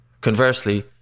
conversely